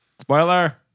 Spoiler